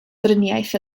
driniaeth